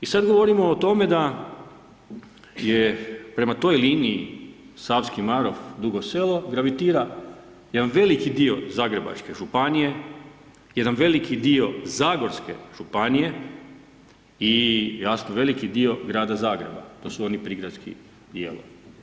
I sad govorimo o tome da je prema toj liniji Savski Marof – Dugo Selo gravitira jedan veliki dio Zagrebačke županije, jedan veliki dio zagorske županije i jasno veliki dio grada Zagreba, to su oni prigradski dijelovi.